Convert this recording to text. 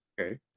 Okay